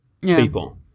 people